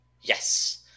Yes